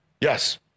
Yes